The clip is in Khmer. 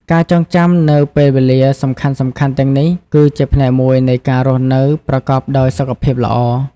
ការចងចាំនូវពេលវេលាសំខាន់ៗទាំងនេះ គឺជាផ្នែកមួយនៃការរស់នៅប្រកបដោយសុខភាពល្អ។